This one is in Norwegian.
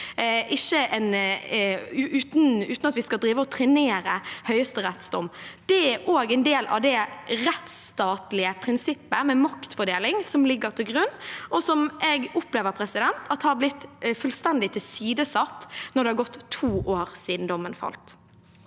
uten at vi skal drive og trenere Høyesteretts dom. Det er også en del av det rettsstatlige prinsippet med maktfordeling som ligger til grunn, og som jeg opplever har blitt fullstendig tilsidesatt når det har gått to år siden dommen falt.